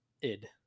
Id